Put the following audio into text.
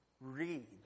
Read